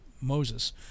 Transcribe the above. Moses